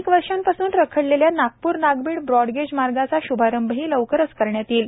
अनेक वर्षांपासून रखडलेल्या नागपूर नागभीड ब्रॉडगेज मार्गाचा श्भारंभही लवकरच करण्यात येईल